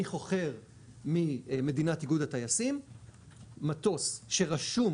אני חוכר ממדינה איגוד הטייסים מטוס שרשום